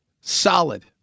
Solid